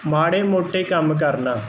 ਮਾੜੇ ਮੋਟੇ ਕੰਮ ਕਰਨਾ